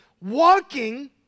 walking